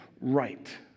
right